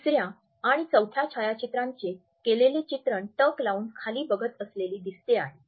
तिसऱ्या आणि चौथ्या छायाचित्रांचे केलेले चित्रण टक लावून खाली बघत असलेली दिसते आहे